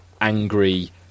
angry